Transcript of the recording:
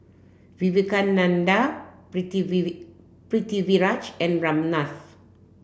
Vivekananda Pritiviraj and Ramnath